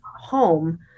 home